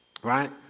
Right